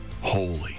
holy